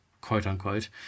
quote-unquote